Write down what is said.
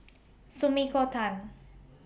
Sumiko Tan